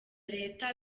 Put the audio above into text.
leta